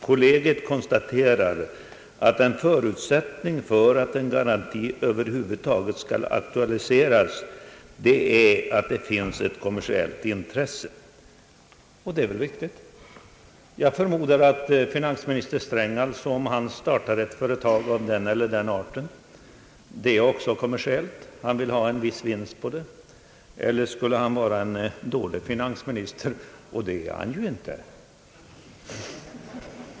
Kollegiet konstaterar att en förutsättning för att en garanti över huvud taget skall aktualiseras är att det finns ett kommersiellt intresse härför.» Detta är väl riktigt. Jag förmodar att om finansminister Sträng startar ett företag av någon art blir det också kommersiellt. Han vill ha en viss vinst på det. Annars skulle han vara en dålig finansminister — och det är han ju inte.